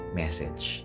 message